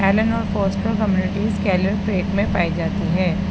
Elena Foster communities Keller Creek میں پائی جاتی ہے